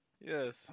Yes